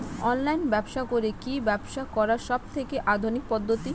Online ব্যবসা করে কি ব্যবসা করার সবথেকে আধুনিক পদ্ধতি?